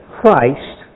Christ